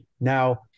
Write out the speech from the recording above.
Now